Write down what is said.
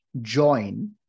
join